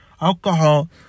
Alcohol